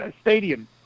stadium